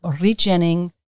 regenerating